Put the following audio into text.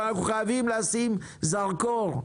אבל אנחנו חייבים לשים זרקור.